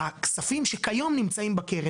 הכספים שכיום נמצאים בקרן,